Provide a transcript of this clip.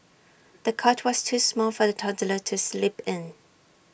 the cot was too small for the toddler to sleep in